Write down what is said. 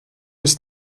ist